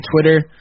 Twitter